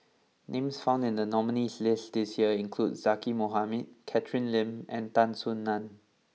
names found in the nominees' list this year include Zaqy Mohamad Catherine Lim and Tan Soo Nan